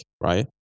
right